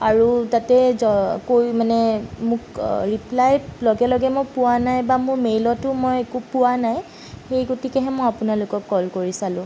আৰু তাতে মোক ৰিপ্লাই লগে লগে মই পোৱা নাই বা মোৰ মেইলতো মই একো পোৱা নাই সেই গতিকেহে মই আপোনালোকক কল কৰি চালোঁ